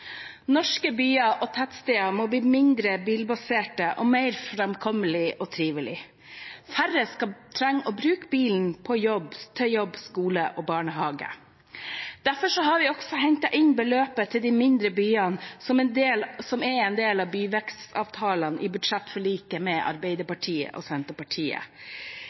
Norske byer og tettsteder må bli mindre bilbaserte og mer framkommelige og trivelige. Færre skal trenge å bruke bilen til jobb, skole og barnehage. Derfor har vi også hentet inn igjen beløpet til de mindre byene som er en del av byvekstavtalene, i budsjettforliket med Arbeiderpartiet og Senterpartiet.